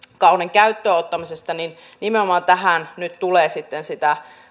käyttöönottamisesta niin nimenomaan tähän nyt tulee sitten sitä